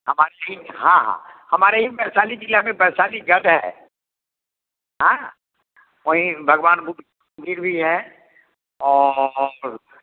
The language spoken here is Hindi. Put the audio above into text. हमारे लिए हाँ हाँ हमारे ही वैशाली जिला में वैशाली घर है हाँ वहीं भगवान बुद्ध मंदिर भी है और